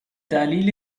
دلیل